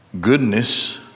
goodness